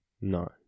No